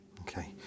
Okay